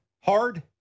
hard